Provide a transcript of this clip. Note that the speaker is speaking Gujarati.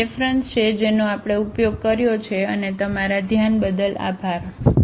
તેથી આ રેફરન્સ છે જેનો આપણે ઉપયોગ કર્યો છે અને તમારા ધ્યાન બદલ આભાર